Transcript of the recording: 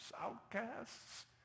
outcasts